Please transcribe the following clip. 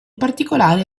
particolare